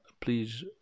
please